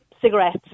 cigarettes